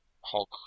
Hulk